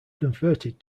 converted